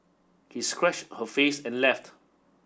he scratched her face and left